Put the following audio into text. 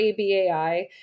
ABAI